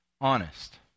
honest